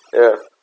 ya